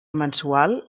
mensual